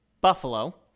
Buffalo